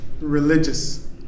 religious